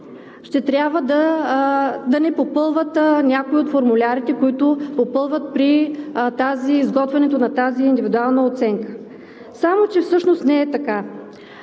ще трябва да не попълват някои от формулярите, които попълват при изготвянето на тази индивидуална оценка. Само че всъщност не е така.